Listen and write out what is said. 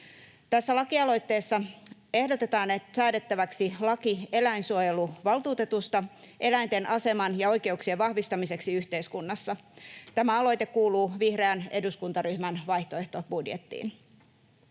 Tässä lakialoitteessa ehdotetaan säädettäväksi laki eläinsuojeluvaltuutetusta eläinten aseman ja oikeuksien vahvistamiseksi yhteiskunnassa. Tämä aloite kuuluu vihreän eduskuntaryhmän vaihtoehtobudjettiin.